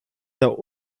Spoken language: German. der